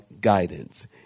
guidance